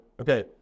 okay